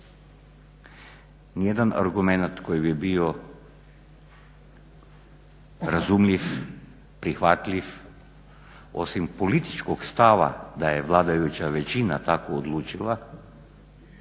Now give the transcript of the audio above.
Nijedan argument koji bi bio razumljiv, prihvatljiv, osim političkog stava da je vladajuća većina tako odlučila,